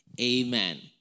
Amen